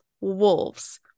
wolves